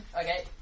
Okay